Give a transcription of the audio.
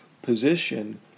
position